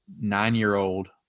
nine-year-old